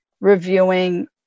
reviewing